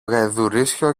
γαϊδουρίσιο